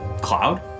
Cloud